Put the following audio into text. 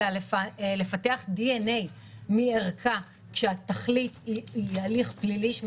אלא לפתח דנ"א מערכה כשהתכלית היא הליך פלילי,